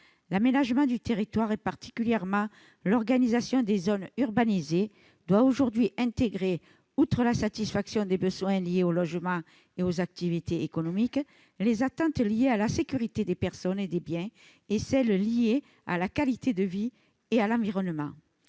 L'aménagement du territoire, et particulièrement l'organisation des zones urbanisées, doit aujourd'hui intégrer, outre la satisfaction des besoins liés au logement et aux activités économiques, les atteintes liées à la sécurité des personnes et des biens et celles liées à la qualité de vie et à l'environnement.